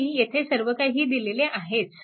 मी येथे सर्व काही दिलेले आहेच